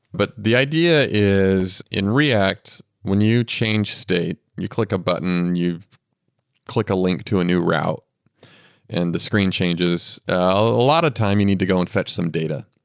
but the idea is in react when you change state, you click a button, you click a link to a new route and the screen changes. a lot of time, you need to go and fetch some data.